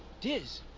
Diz